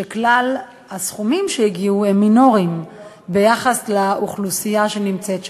שכלל הסכומים שהגיעו אליהם הם מינוריים ביחס לאוכלוסייה שנמצאת שם.